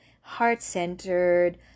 heart-centered